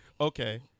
Okay